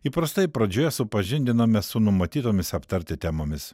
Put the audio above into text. įprastai pradžioje supažindiname su numatytomis aptarti temomis